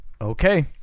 Okay